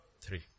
Three